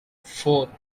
four